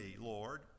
Lord